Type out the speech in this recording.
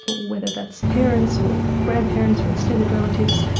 but whether that's parents or grandparents or extended relatives,